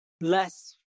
Less